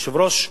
היושב-ראש,